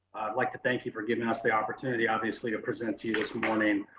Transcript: like to thank you for giving us the opportunity. obviously it presents you this morning.